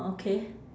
okay